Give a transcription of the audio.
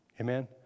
Amen